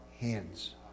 hands